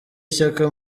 ishyaka